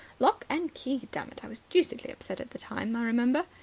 lock and key, dammit. i was deucedly upset at the time, i remember.